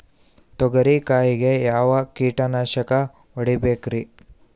ತೊಗರಿ ಕಾಯಿಗೆ ಯಾವ ಕೀಟನಾಶಕ ಹೊಡಿಬೇಕರಿ?